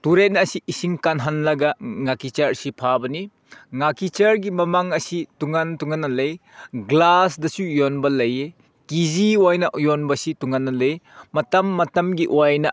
ꯇꯨꯔꯦꯜ ꯑꯁꯤ ꯏꯁꯤꯡ ꯀꯪꯍꯜꯂꯒ ꯉꯥꯀꯤꯆꯥꯔ ꯑꯁꯤ ꯐꯥꯕꯅꯤ ꯉꯥꯀꯤꯆꯥꯔꯒꯤ ꯃꯃꯜ ꯑꯁꯤ ꯇꯣꯉꯥꯟ ꯇꯣꯉꯥꯟꯅ ꯂꯩ ꯒ꯭ꯂꯥꯁꯇꯁꯨ ꯌꯣꯟꯕ ꯂꯩꯌꯦ ꯀꯦ ꯖꯤ ꯑꯣꯏꯅ ꯌꯣꯟꯕꯁꯤ ꯇꯣꯉꯥꯟꯅ ꯂꯩ ꯃꯇꯝ ꯃꯇꯝꯒꯤ ꯑꯣꯏꯅ